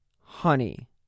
Honey